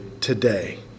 today